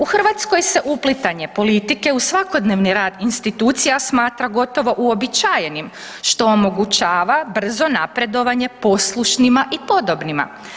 U Hrvatskoj se uplitanje politike u svakodnevni rad institucija smatra gotovo uobičajenim, što omogućava brzo napredovanje poslušnima i podobnima.